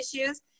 issues